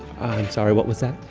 sorry. what was that?